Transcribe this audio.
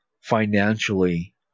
financially